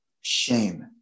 Shame